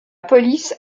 police